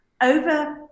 over